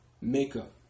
Makeup